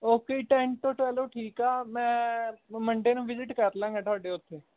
okay ਜੀ ten ਤੋਂ twelve ਠੀਕ ਆ ਮੈਂ ਮੰਡੇ ਨੂੰ ਵਿਜ਼ਿਟ ਕਰਲਾਗਾ ਤੁਹਾਡੇ ਉੱਥੇ